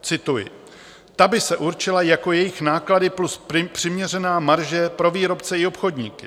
Cituji: Ta by se určila jako jejich náklady plus přiměřená marže pro výrobce i obchodníky.